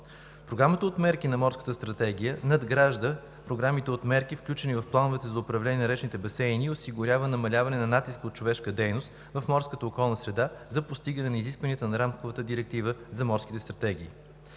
Програмата от мерки на Морската стратегия надгражда програмите от мерки, включени в плановете за управление на речните басейни, и осигурява намаляване на натиска от човешка дейност в морската околна среда за постигане на изискванията на Рамковата директива за Морската стратегия.